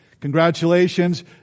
Congratulations